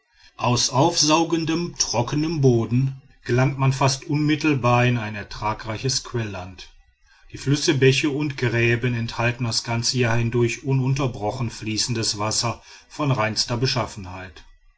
aus aufsaugendem trockenem boden gelangt man fast unmittelbar in ein ertragreiches quelland die flüsse bäche und gräben enthalten das ganze jahr hindurch ununterbrochen fließendes wasser von reinster beschaffenheit